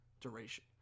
duration